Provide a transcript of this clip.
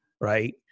right